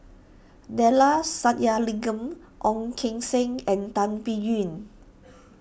Neila Sathyalingam Ong Keng Sen and Tan Biyun